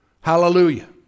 Hallelujah